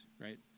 right